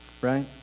right